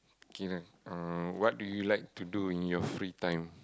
K lah uh what do you like to do in your free time